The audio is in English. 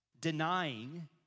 denying